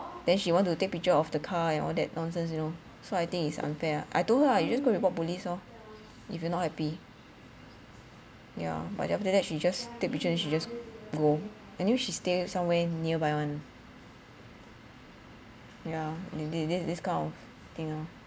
then she wanted to take picture of the car and all that nonsense you know so I think it's unfair I told her lah you just go report police lor if you not happy yeah but after that she just take picture then she just go anyway she stay somewhere nearby [one] yeah this this kind of thing lor